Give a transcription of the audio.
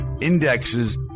indexes